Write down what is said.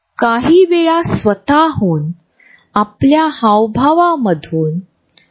प्रत्येकाला स्वतःची वैयक्तिक जागा हवी आहे